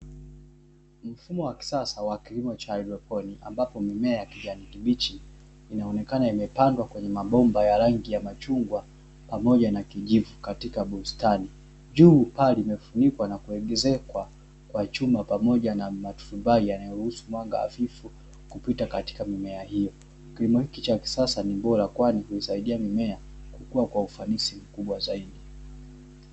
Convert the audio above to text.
Mfumo wa kisasa wa kilimo cha haidroponiki ambapo mimema ya kijani kibichi inaonekana imepandwa kwenye mabomba ya rangi ya machungwa pamoja na kijivu katika bustani. Juu paa limefunikwa na kuezekwa kwa chuma pamoja na maturabai yanayo ruhusu mwanga hafifu kupita katika mimea hiyo. Kilimo hichi cha kisasa ni bora kwani huisaidia mimea kukua kwa ufanisi mkubwa zaidi.